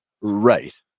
Right